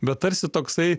bet tarsi toksai